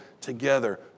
together